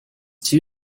two